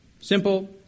Simple